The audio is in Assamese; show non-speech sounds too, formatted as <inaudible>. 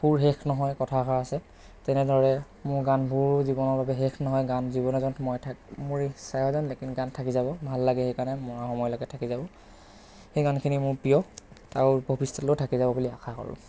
সুৰ শেষ নহয় কথা এষাৰ আছে তেনেদৰে মোৰ গানবোৰো জীৱনৰ বাবে শেষ নহয় গান <unintelligible> মোৰ এই ছায়া যেন লেকিন গান থাকি যাব ভাল লাগে সেইকাৰণে মৰাৰ সময়লৈকে থাকি যাব সেই গানখিনি মোৰ প্ৰিয় আৰু ভৱিষ্যতলৈও থাকি যাব বুলি আশা কৰোঁ